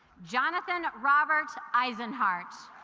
jonathan roberts eisenhart